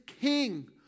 king